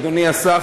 אדוני השר,